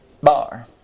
bar